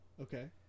Okay